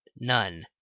None